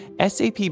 SAP